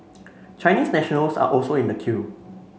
Chinese nationals are also in the queue